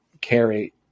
carry